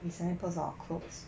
recent post a lot of clothes